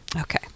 Okay